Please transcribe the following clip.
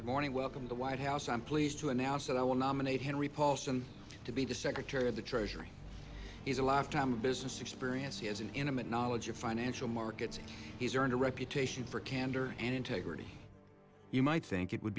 good morning welcome to the white house i'm pleased to announce that i will nominate henry paulson to be the secretary of the treasury is a lifetime of business experience he is an intimate knowledge of financial markets he's earned a reputation for candor and integrity you might think it would